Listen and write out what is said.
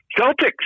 Celtics